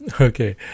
Okay